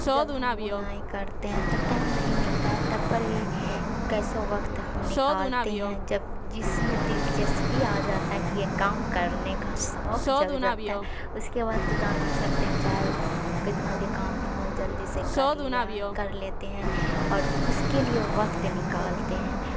جب ہم بنائی کرتے ہیں تو ٹائم نہیں ملتا ہے تب پر بھی کیسو وقت ہم نکالتے ہیں جب جس میں دلچسپی آ جاتا ہے کہ یہ کام کرنے کا شوق جگ جاتا ہے اس کے بعد تو جان ہی سکتے ہیں چاہے کتنا بھی کام نہ ہو جلدی سے کر لیا کر لیتے ہیں اور اس کے لیے وقت نکالتے ہیں